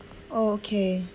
oh okay